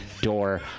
door